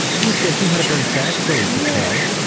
liz burke, you had a very sad story to tell.